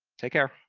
take care!